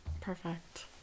Perfect